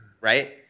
right